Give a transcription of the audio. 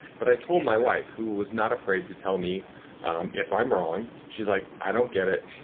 but i told my wife who was not afraid to tell me if i'm wrong. she's like, i don't get it.